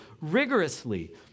rigorously